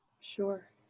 Sure